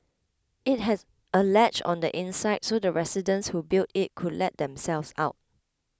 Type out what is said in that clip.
it had a latch on the inside so the residents who built it could let themselves out